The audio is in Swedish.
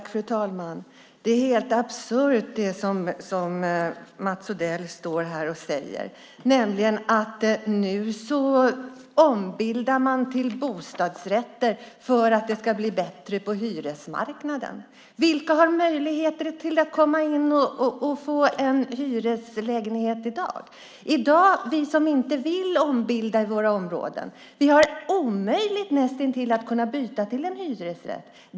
Fru talman! Det är helt absurt det Mats Odell står här och säger, nämligen att man ombildar till bostadsrätter för att det ska bli bättre på hyresmarknaden. Vilka har möjlighet att komma in och få en hyreslägenhet i dag? För oss som i dag inte vill ombilda i våra områden är det näst intill omöjligt att kunna byta till en hyresrätt.